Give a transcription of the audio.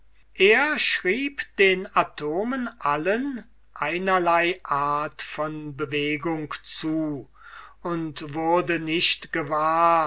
er schrieb den atomen allen einerlei art von bewegung zu und wurde nicht gewahr